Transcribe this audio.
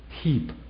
heap